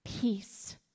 peace